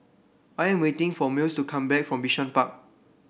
I am waiting for Mills to come back from Bishan Park